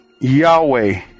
Yahweh